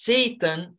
Satan